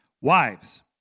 Wives